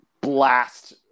blast